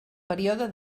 període